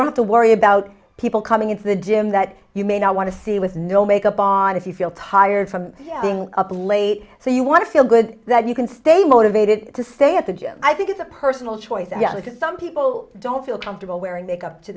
don't have to worry about people coming into the gym that you may not want to see with no makeup on if you feel tired from being up late so you want to feel good that you can stay motivated to stay at the gym i think it's a personal choice and yet with some people don't feel comfortable wearing make up to